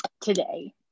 today